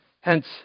Hence